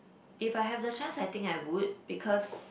if I have the chance I think I would because